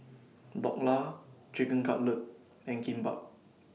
Dhokla Chicken Cutlet and Kimbap